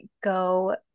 go